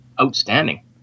outstanding